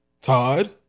Todd